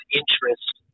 interest